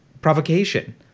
provocation